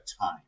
time